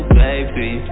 baby